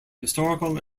historical